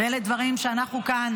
ואלה דברים שאנחנו כאן,